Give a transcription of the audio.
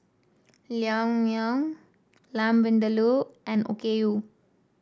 Naengmyeon Lamb Vindaloo and Okayu